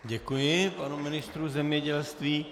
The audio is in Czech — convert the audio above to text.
Děkuji panu ministru zemědělství.